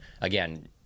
Again